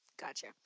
Gotcha